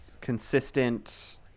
consistent